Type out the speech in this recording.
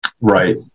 Right